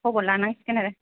खबर लानांसिगोन आरो